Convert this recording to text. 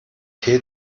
tee